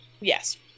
Yes